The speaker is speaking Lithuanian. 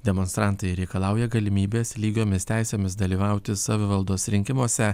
demonstrantai reikalauja galimybės lygiomis teisėmis dalyvauti savivaldos rinkimuose